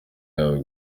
yawe